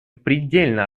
предельно